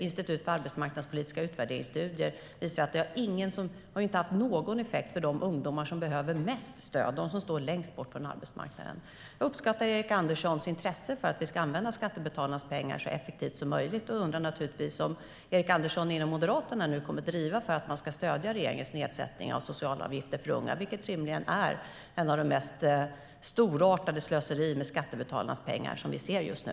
Institutet för arbetsmarknads och utbildningspolitisk utvärdering har visat att den inte har någon effekt för de ungdomar som behöver mest stöd - de som står längst bort från arbetsmarknaden. Jag uppskattar Erik Anderssons intresse för att vi ska använda skattebetalarnas pengar så effektivt som möjligt och undrar om Erik Andersson nu kommer att driva inom Moderaterna att man ska stödja regeringens nedsättning av socialavgifter för unga, vilka rimligen är ett av de mest storartade slöserier med skattebetalarnas pengar som vi ser just nu.